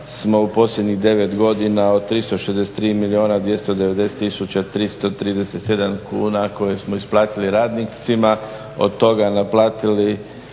smo u posljednjih 9 godina od 363 milijuna 290 tisuća 337 kuna koje smo isplatili radnicima od toga naplatili